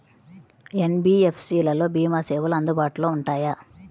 NBFC లలో భీమా సేవలు అందుబాటులో ఉంటాయా?